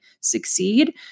succeed